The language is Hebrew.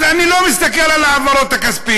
אז אני לא מסתכל על ההעברות הכספיות.